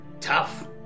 Tough